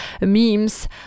memes